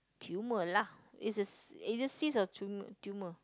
tumour lah it's a s~ it's a cyst or tumour tumour